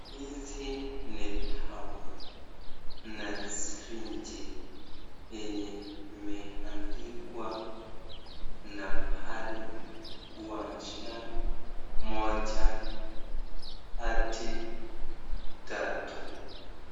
Hizi ni dawa na sirinji yenye imeandikwa nambari kuanzia moja hadi tatu.